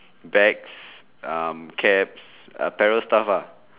bags um caps apparel stuff uh